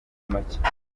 make